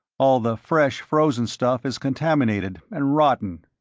all the fresh frozen stuff is contaminated and rotten.